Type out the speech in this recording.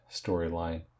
storyline